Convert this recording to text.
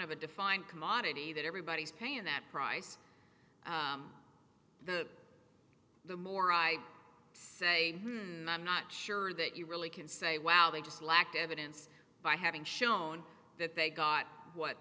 of a defined commodity that everybody's paying that price the more i say and i'm not sure that you really can say wow they just lack evidence by having shown that they got what